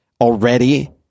already